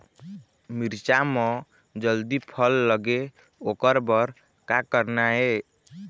मिरचा म जल्दी फल लगे ओकर बर का करना ये?